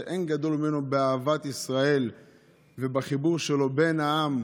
אין גדול ממנו באהבת ישראל ובחיבור שלו בין העם.